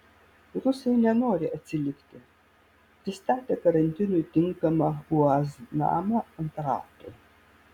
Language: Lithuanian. rusai nenori atsilikti pristatė karantinui tinkamą uaz namą ant ratų